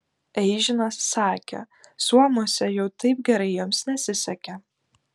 eižinas sakė suomiuose jau taip gerai jiems nesisekė